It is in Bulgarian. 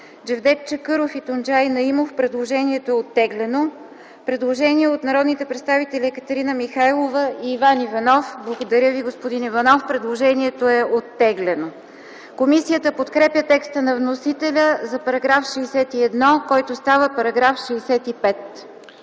Джевдет Чакъров и Тунджай Наимов. Предложението е оттеглено. Предложение от народните представители Екатерина Михайлова и Иван Иванов. Благодаря, господин Иванов – предложението се оттегля сега в залата. Комисията подкрепя текста на вносителя за § 60, който става § 64.